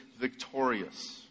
victorious